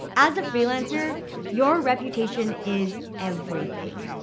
as a freelancer your reputation is everything.